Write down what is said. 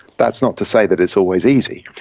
that's not to say that it's always easy,